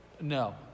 No